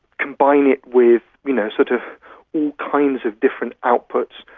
combine it with you know sort of all kinds of different outputs,